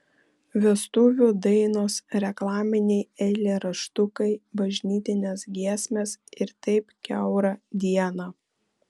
vestuvių dainos reklaminiai eilėraštukai bažnytinės giesmės ir taip kiaurą dieną